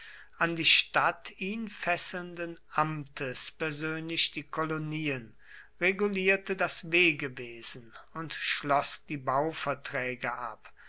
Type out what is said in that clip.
an die stadt ihn fesselnden amtes persönlich die kolonien regulierte das wegewesen und schloß die bauverträge ab